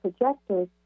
projectors